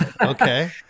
Okay